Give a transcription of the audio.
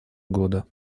года